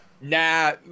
nah